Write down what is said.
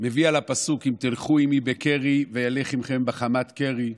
מביא על הפסוק: אם תלכו עימי בקרי ואילך עימכם בחמת קרי.